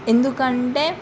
ఎందుకంటే